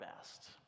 best